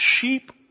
sheep